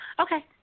Okay